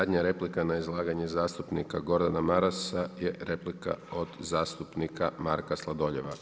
I zadnja replika na izlaganje zastupnika Gordana Marasa je replika od zastupnika Marka Sladoljeva.